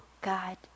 God